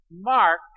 Mark